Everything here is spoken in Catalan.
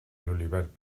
julivert